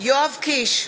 יואב קיש,